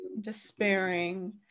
despairing